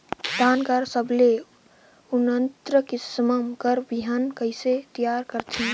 धान कर सबले उन्नत किसम कर बिहान कइसे तियार करथे?